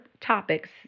topics